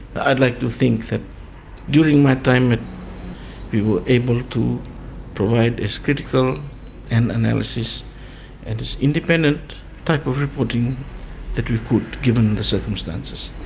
i'd like to think that during my time we were able to provide as critical an analysis and as independent type of reporting that we could, given the circumstances,